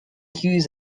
queues